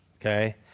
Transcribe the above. Okay